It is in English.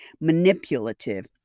manipulative